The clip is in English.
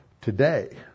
today